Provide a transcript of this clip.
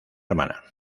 hermana